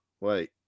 Wait